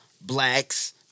blacks